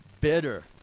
bitter